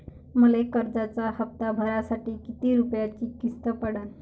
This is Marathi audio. मले कर्जाचा हप्ता भरासाठी किती रूपयाची किस्त पडन?